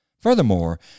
Furthermore